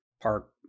park